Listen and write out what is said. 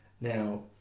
Now